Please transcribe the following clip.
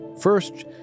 First